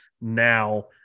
now